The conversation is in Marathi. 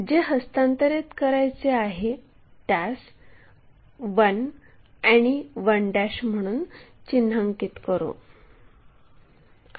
जे हस्तांतरित करायचे आहे त्यास 1 आणि 1 म्हणून चिन्हांकित करू